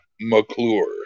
McClure